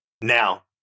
Now